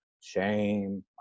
shame